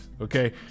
okay